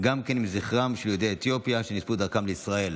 גם עם זכרם של יהודי אתיופיה שנספו בדרכם לישראל.